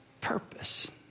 Purpose